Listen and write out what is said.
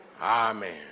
Amen